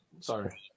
Sorry